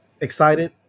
Excited